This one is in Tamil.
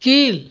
கீழ்